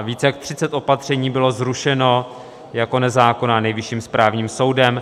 Víc než 30 opatření bylo zrušeno jako nezákonných Nejvyšším správním soudem.